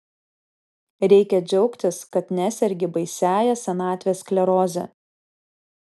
reikia džiaugtis kad nesergi baisiąja senatvės skleroze